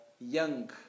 young